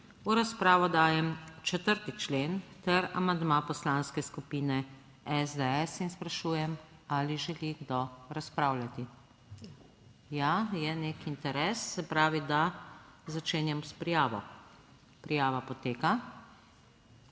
V razpravo dajem 4. člen ter amandma Poslanske skupine SDS in sprašujem, ali želi kdo razpravljati? Ja, je nek interes, se pravi, da začenjam s prijavo. Prijava poteka.